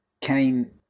came